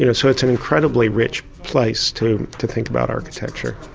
you know so it's an incredibly rich place to to think about architecture.